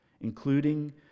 including